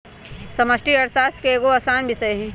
समष्टि अर्थशास्त्र एगो असान विषय हइ